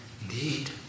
Indeed